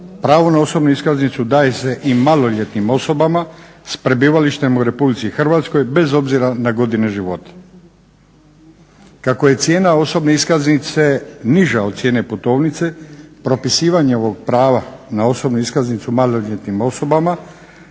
pravo na osobnu iskaznicu daje se i maloljetnim osobama s prebivalištem u Republici Hrvatskoj bez obzira na godine života. Kako je cijena osobne iskaznice niža od cijene putovnice propisivanje ovog prava na osobnu iskaznicu maloljetnim osobama